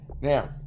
Now